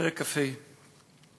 פרק כ"ה כתוב: